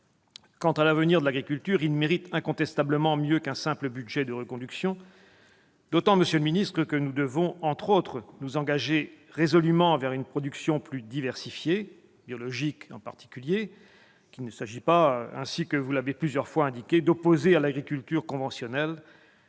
paiement. L'avenir de l'agriculture mérite incontestablement mieux qu'un simple budget de reconduction, d'autant, monsieur le ministre, que nous devons, notamment, nous engager résolument vers une production plus diversifiée, biologique en particulier, qu'il ne s'agit pas, ainsi que vous l'avez plusieurs fois indiqué, d'opposer à l'agriculture conventionnelle,